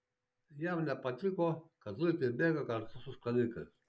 jam nepatiko kad zuikiai bėga kartu su skalikais